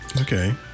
Okay